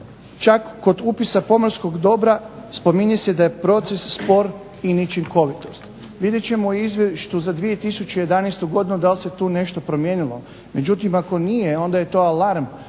Čak kod upisa pomorskog dobra spominje se da je proces spor i neučinkovit. Vidjet ćemo u Izvješću za 2011. godinu dal' se tu nešto promijenilo. Međutim ako nije onda je to alarm